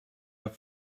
have